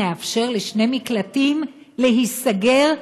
נאפשר לשני מקלטים במדינת ישראל להיסגר?